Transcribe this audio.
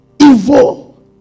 evil